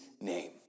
name